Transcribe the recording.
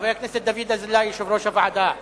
חבר הכנסת דוד אזולאי, יושב-ראש הוועדה.